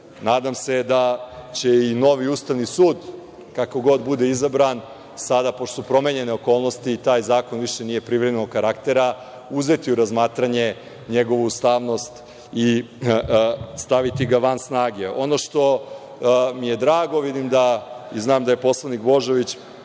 Nadam se da će i novi Ustavni sud, kako god bude izabran, sada pošto su promenjene okolnosti i taj zakon više nije privremenog karaktera, uzeti u razmatranje njegovu ustavnost i staviti ga van snage. Ono što mi je drago, vidim i znam da je poslanik Božović